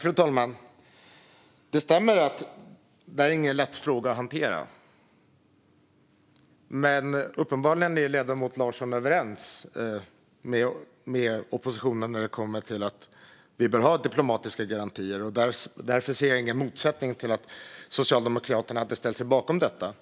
Fru talman! Det stämmer att detta inte är någon lätt fråga att hantera. Men uppenbarligen är ledamoten Larsson överens med oppositionen om att vi bör ha diplomatiska garantier. Därför ser jag ingen motsättning i att Socialdemokraterna ställer sig bakom detta.